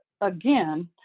again